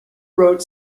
wrote